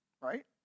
right